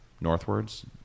northwards